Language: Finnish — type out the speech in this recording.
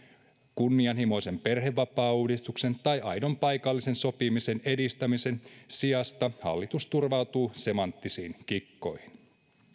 kunnianhimoisen perhevapaauudistuksen tai aidon paikallisen sopimisen edistämisen sijasta hallitus turvautuu semanttisiin kikkoihin